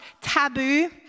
taboo